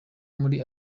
muri